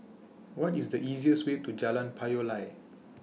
What IS The easiest Way to Jalan Payoh Lai